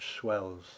swells